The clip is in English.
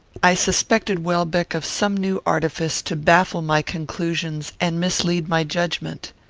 i suspected welbeck of some new artifice to baffle my conclusions and mislead my judgment.